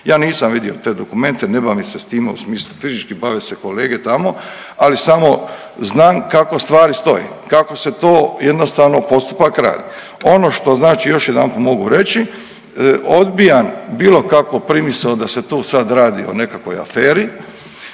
Ja nisam vidio te dokumente, ne bavim se s time u smislu fizički. Bave se kolege tamo, ali samo znam kako stvari stoje, kako se to jednostavno postupak radi. Ono što znači još jedanput mogu reći odbijam bilo kakvu primisao da se tu sad radi o nekakvoj aferi.